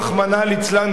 רחמנא ליצלן,